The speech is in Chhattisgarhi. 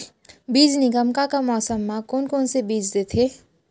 बीज निगम का का मौसम मा, कौन कौन से बीज देथे?